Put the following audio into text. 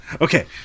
Okay